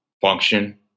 function